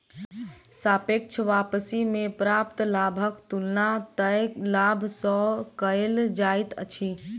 सापेक्ष वापसी में प्राप्त लाभक तुलना तय लाभ सॅ कएल जाइत अछि